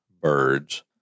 Birds